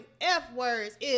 F-words